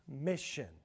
mission